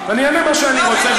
אני אענה מה שאני רוצה,